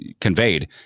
conveyed